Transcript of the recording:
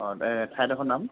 অ ঠাইডোখৰৰ নাম